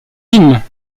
crime